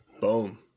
Boom